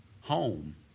home